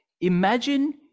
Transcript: Imagine